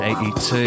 82